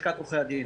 לשכת עורכי הדין.